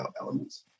elements